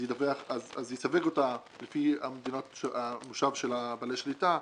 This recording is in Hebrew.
אז יסווג אותה לפי המושב של בעלי השליטה,